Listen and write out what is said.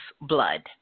blood